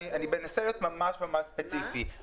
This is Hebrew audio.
יביא לידיעת הנוסע בעת ההזמנה או התיאום,